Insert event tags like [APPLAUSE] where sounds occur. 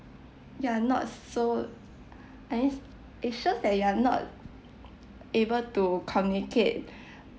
you're not so I mean it shows that you're not able to communicate [BREATH]